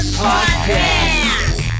podcast